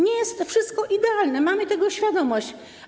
Nie jest to wszystko idealne, mamy tego świadomość.